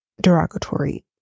derogatory